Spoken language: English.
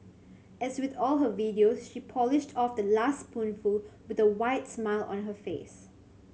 as with all her videos she polished off the last spoonful with a wide smile on her face